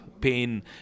pain